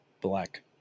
black